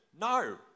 no